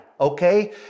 okay